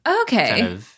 okay